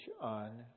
on